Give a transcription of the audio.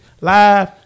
live